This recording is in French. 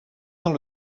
dans